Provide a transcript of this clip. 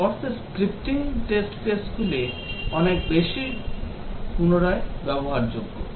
এই অর্থে scripting test caseগুলি অনেক বেশি পুনরায় ব্যবহারযোগ্য